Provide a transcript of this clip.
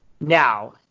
Now